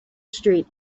street